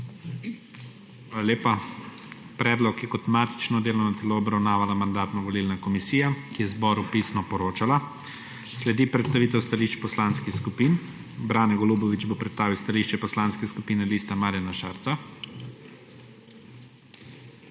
lepa. Predlog je kot matično delovno telo obravnavala Mandatno-volilna komisija, ki je zboru pisno poročala. Sledi predstavitev stališč poslanskih skupin. Brane Golubović bo predstavil stališče Poslanske skupine Lista Marjana Šarca.